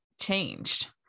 changed